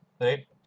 right